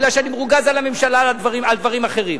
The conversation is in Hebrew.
כי אני מרוגז על הממשלה על דברים אחרים,